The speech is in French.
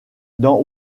dans